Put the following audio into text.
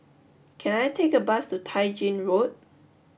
can I take a bus to Tai Gin Road